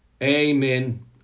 Amen